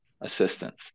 assistance